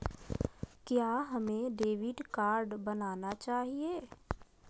क्या हमें debit card बनाना चाहिए?